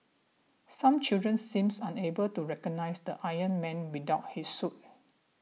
some children seems unable to recognise the Iron Man without his suit